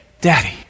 daddy